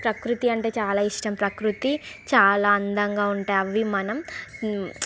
ప్రకృతి అంటే చాలా ఇష్టం ప్రకృతి చాలా అందంగా ఉంటాయి అవి మనం